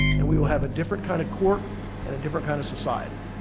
and we will have a different kind of court and a different kind of society.